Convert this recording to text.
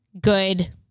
good